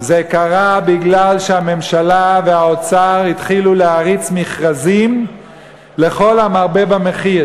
זה קרה מפני שהממשלה והאוצר התחילו להריץ מכרזים לכל המרבה במחיר.